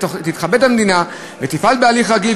תתכבד המדינה ותפעל בהליך רגיל,